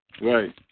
right